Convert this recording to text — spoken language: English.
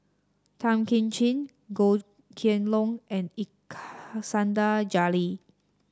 Tan Kim Ching Goh Kheng Long and Iskandar Jalil